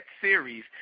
series